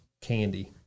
candy